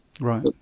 Right